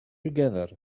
together